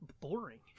boring